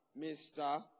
Mr